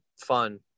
fun